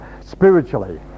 spiritually